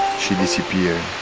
she disappeared.